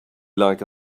like